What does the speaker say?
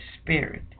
spirit